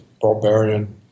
barbarian